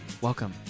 welcome